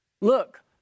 look